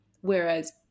Whereas